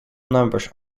numbers